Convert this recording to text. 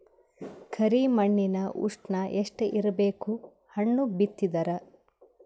ಕರಿ ಮಣ್ಣಿನ ಉಷ್ಣ ಎಷ್ಟ ಇರಬೇಕು ಹಣ್ಣು ಬಿತ್ತಿದರ?